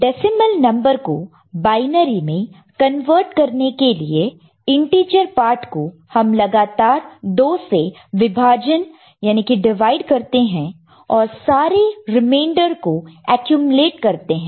decimal number को binary में convert करने के लिए इंटीजर पार्ट को हम लगातार 2 से विभाजन डिवाइड divide करते हैं और सारे रिमेंडर को ऍक्युमुलेट् करते हैं